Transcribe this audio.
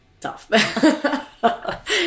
Tough